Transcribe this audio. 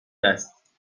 است